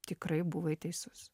tikrai buvai teisus